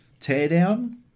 Teardown